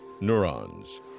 Neurons